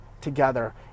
together